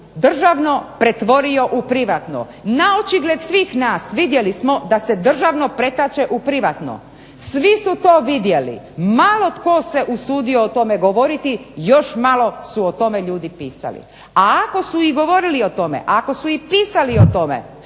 državno pretvorio u privatno. Naočigled svih nas vidjeli smo da se državno pretače u privatno, svi su to vidjeli. Malo tko se usudio o tome govoriti. Još malo su o tome ljudi pisali. A ako su i govorili o tome, ako su i pisali o tome